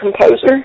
composer